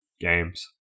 games